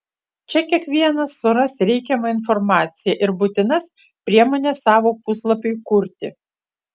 čia kiekvienas suras reikiamą informaciją ir būtinas priemones savo puslapiui kurti